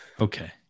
Okay